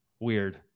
weird